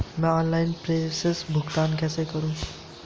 मैं ऑनलाइन प्रेषण भुगतान कैसे करूँ?